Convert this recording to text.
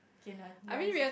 K now ya is